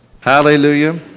Hallelujah